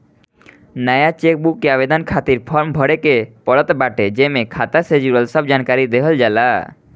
नया चेकबुक के आवेदन खातिर फार्म भरे के पड़त बाटे जेमे खाता से जुड़ल सब जानकरी देहल जाला